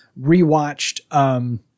rewatched